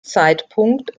zeitpunkt